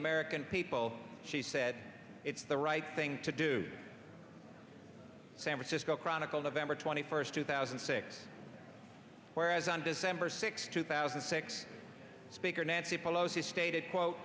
american people she said it's the right thing to do san francisco chronicle november twenty first two thousand and six whereas on december sixth two thousand and six speaker nancy pelosi stated quote